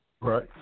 Right